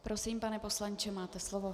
Prosím, pane poslanče, máte slovo.